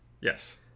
Yes